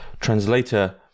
translator